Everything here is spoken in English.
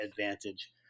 advantage